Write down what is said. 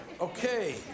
Okay